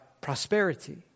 Prosperity